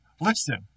listen